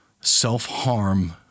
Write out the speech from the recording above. self-harm